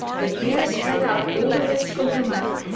but bera spat out all the rest from her mouth,